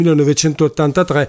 1983